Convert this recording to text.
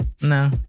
No